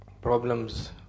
problems